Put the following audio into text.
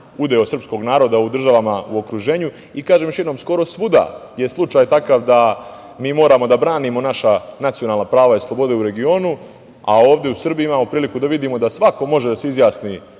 udeo srpskog naroda u državama u okruženju i kažem još jednom, skoro svuda je slučaj takav da mi moramo da branimo naša nacionalna prava i slobode u regionu, a ovde u Srbiji imamo priliku da vidimo da svako može da se izjasni